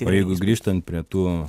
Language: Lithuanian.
o jeigu grįžtant prie tų